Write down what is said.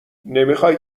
نمیخای